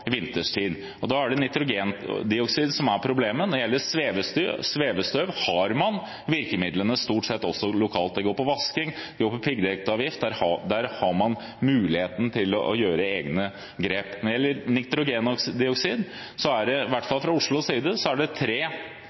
vinterstid. Da er det nitrogendioksid som er problemet. Når det gjelder svevestøv, har man stort sett virkemidlene lokalt – det går på vasking, det går på piggdekkavgift. Her har man mulighet til å gjøre egne grep. Når det gjelder nitrogendioksid, er problemstillingen – hvert fall fra Oslos side – tredelt: Det